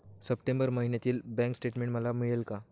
September महिन्यातील bank statement मला मिळेल का?